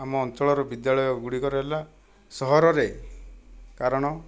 ଆମ ଅଞ୍ଚଳର ବିଦ୍ୟାଳୟ ଗୁଡ଼ିକ ରହିଲା ସହରରେ କାରଣ